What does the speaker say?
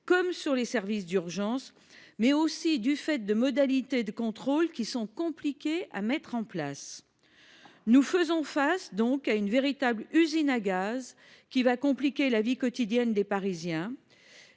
comme sur les services d’urgence, mais aussi de la complexité des modalités de contrôle qu’il faudrait mettre en place. Nous faisons face à une véritable usine à gaz qui va compliquer la vie quotidienne des Parisiens